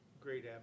great